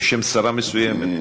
בשם שרה מסוימת.